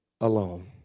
alone